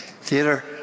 theater